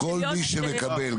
כל מי שמקבל,